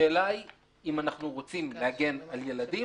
השאלה היא אם אנחנו רוצים להגן על ילדים